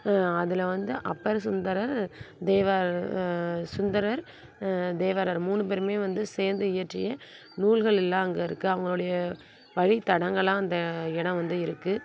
அதில் வந்து அப்பர் சுந்தரர் தேவாரர் சுந்தரர் தேவாரர் மூணு பேருமே வந்து சேர்ந்து இயற்றிய நூல்கள் எல்லாம் அங்கே இருக்குது அவங்களுடைய வழித்தடங்களாக அந்த இடம் வந்து இருக்குது